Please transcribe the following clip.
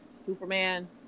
Superman